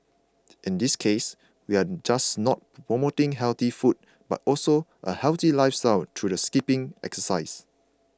in this case we are not just promoting healthy food but also a healthy lifestyle through the skipping exercise